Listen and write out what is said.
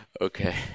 Okay